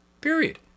period